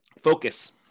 Focus